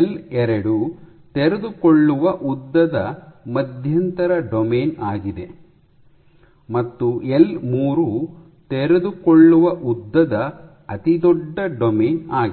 L two ತೆರೆದುಕೊಳ್ಳುವ ಉದ್ದದ ಮಧ್ಯಂತರ ಡೊಮೇನ್ ಆಗಿದೆ ಮತ್ತು ಎಲ್ 3 ತೆರೆದುಕೊಳ್ಳುವ ಉದ್ದದ ಅತಿದೊಡ್ಡ ಡೊಮೇನ್ ಆಗಿದೆ